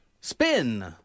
spin